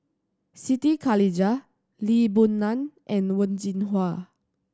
Siti Khalijah Lee Boon Ngan and Wen Jinhua